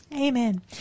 Amen